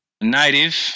native